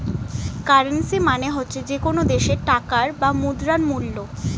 currency মানে হচ্ছে যে কোনো দেশের টাকার বা মুদ্রার মূল্য